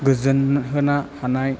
गोजोन होना हानाय